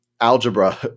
algebra